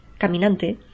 caminante